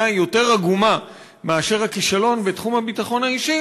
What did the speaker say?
היא יותר עגומה מאשר הכישלון בתחום הביטחון האישי,